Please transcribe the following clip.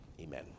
Amen